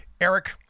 Eric